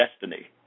destiny